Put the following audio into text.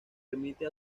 remite